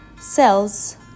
cells